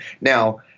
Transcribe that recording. Now